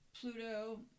Pluto